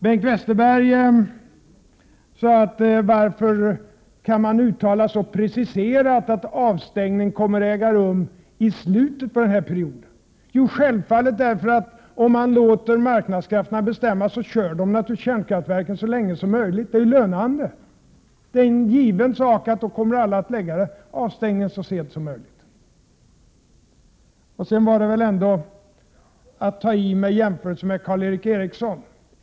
Bengt Westerberg frågade: Varför kan man uttala så preciserat att avstängning kommer att äga rum i slutet av den här perioden? Jo, självfallet därför att om man låter marknadskrafterna bestämma, så kör de naturligtvis kärnkraftverken så länge som möjligt — det är ju lönande. Det är en given sak att då kommer alla att lägga avstängningen så sent som möjligt. Sedan var det väl ändå att ta i, när jämförelsen med Karl Erik Eriksson gjordes.